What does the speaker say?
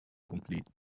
complete